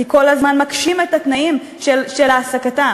כי כל הזמן מקשים את התנאים של העסקתם?